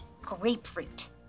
grapefruit